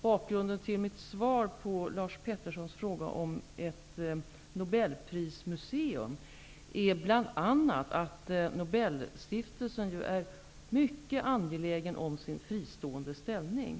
Bakgrunden till mitt svar på Lars Peterssons fråga om ett nobelprismuseum är bl.a. att Nobelstiftelsen är mycket angelägen om sin fristående ställning.